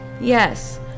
yes